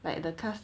like the cast